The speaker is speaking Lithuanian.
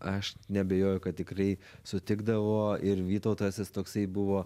aš neabejoju kad tikrai sutikdavo ir vytautas jis toksai buvo